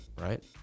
right